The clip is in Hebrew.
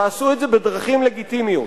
תעשו את זה בדרכים לגיטימיות,